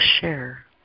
share